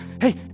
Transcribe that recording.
hey